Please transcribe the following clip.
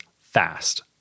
fast